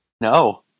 No